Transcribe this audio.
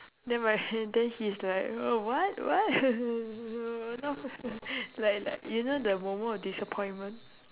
then by then then he's like uh what what like like you know the moment of disappointment